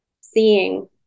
seeing